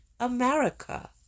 America